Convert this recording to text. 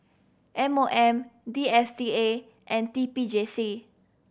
M O M D S T A and T P J C